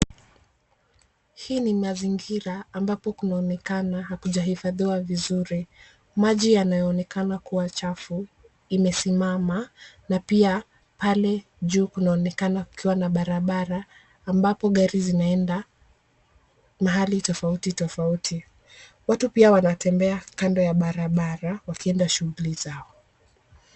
Hii ni mazingira ambapo kunaonekana hakujahifadhiwa vizuri. Maji yanayoonekana kuwa chafu imesimama na pia pale juu kunaonekana kukiwa na barabara ambapo gari zinaenda mahali tofauti tofauti. Watu pia wanatembea kando ya barabara wakienda shughuli zao.